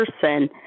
person